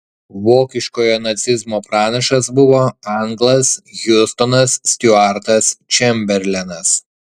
vokiškojo nacizmo pranašas buvo anglas hiustonas stiuartas čemberlenas